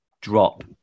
drop